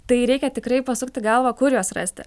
tai reikia tikrai pasukti galvą kur juos rasti